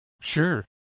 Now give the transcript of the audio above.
Sure